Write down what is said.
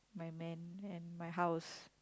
my man and my house